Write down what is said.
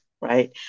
right